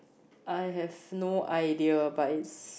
I have no idea but it's